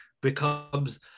becomes